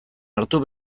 hartu